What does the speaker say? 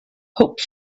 hope